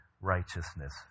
righteousness